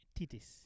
Titis